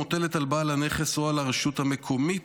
מוטלת על בעל הנכס או על הרשות המקומית,